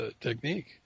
technique